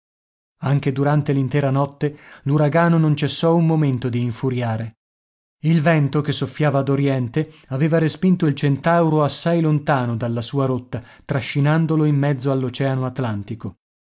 anche durante l'intera notte l'uragano non cessò un momento di infuriare il vento che soffiava ad oriente aveva respinto il centauro assai lontano dalla sua rotta trascinandolo in mezzo all'oceano atlantico